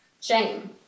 shame